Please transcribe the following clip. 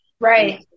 Right